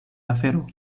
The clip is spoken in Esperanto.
afero